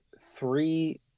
three